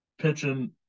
pitching